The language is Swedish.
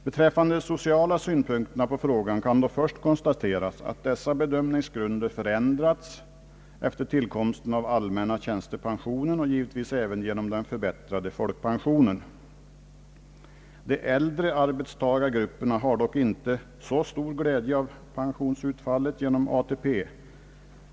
Beträffande de sociala synpunkterna på frågan kan först konstateras att denna bedömningsgrund förändrats efter tillkomsten av allmänna tjänstepensionen och givetvis även genom den förbättrade folkpensionen. De äldre arbetstagargrupperna har dock inte så stor glädje av pensionsutfallet genom ATP.